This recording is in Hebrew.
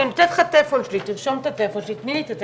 אני חושבת שהחבר'ה שם עושים עבודה טובה וראוי לציין אותם,